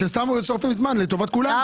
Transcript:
אתם סתם שורפים זמן לטובת כולנו.